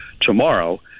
tomorrow –